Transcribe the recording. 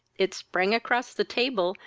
it sprang across the table,